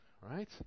right